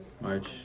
March